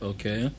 Okay